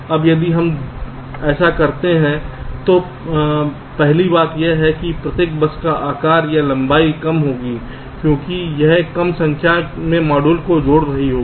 अब यदि हम ऐसा करते हैं तो पहली बात यह है कि प्रत्येक बस का आकार या लंबाई कम होगी क्योंकि यह कम संख्या में मॉड्यूल को जोड़ रही होगी